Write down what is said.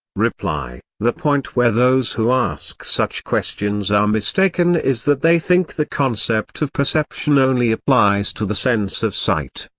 reply the point where those who ask such questions are mistaken is that they think the concept of perception only applies to the sense of sight.